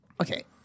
Okay